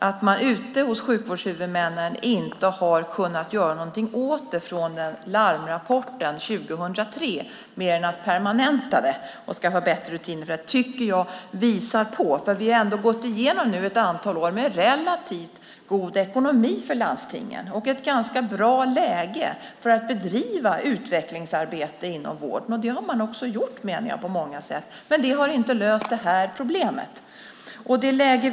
Att man ute hos sjukvårdshuvudmännen inte kunnat göra någonting åt det sedan larmrapporten kom 2003, mer än att permanenta det och skaffa bättre rutiner, tycker jag visar på att problemet inte är löst. Trots allt har vi nu gått igenom ett antal år med relativt god ekonomi för landstingen, och läget för att bedriva utvecklingsarbete inom vården har varit ganska bra. Man har också, menar jag, på många sätt bedrivit utvecklingsarbete, men det har alltså inte löst detta problem.